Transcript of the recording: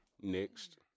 Next